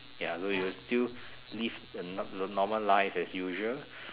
ya you'll still live the the normal life as usual